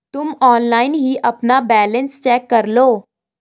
तुम ऑनलाइन ही अपना बैलन्स चेक करलो